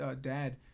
dad